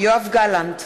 יואב גלנט,